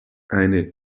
eine